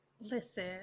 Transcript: listen